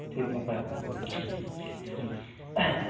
ᱴᱷᱤᱠ ᱱᱟᱯᱟᱭ ᱦᱩᱸ